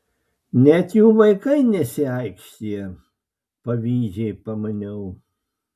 net jų vaikai nesiaikštija pavydžiai pamaniau